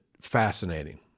fascinating